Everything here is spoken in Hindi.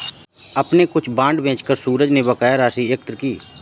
अपने कुछ बांड बेचकर सूरज ने बकाया राशि एकत्र की